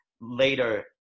later